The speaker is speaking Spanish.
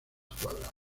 cuadrada